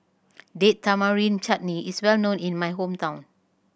Date Tamarind Chutney is well known in my hometown